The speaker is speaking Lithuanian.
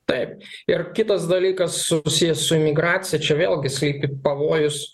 taip ir kitas dalykas susijęs su imigracija čia vėlgi slypi pavojus